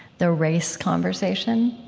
the race conversation,